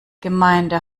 gemeinde